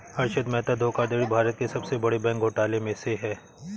हर्षद मेहता धोखाधड़ी भारत के सबसे बड़े बैंक घोटालों में से है